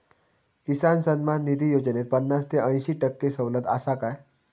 किसान सन्मान निधी योजनेत पन्नास ते अंयशी टक्के सवलत आसा काय?